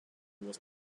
was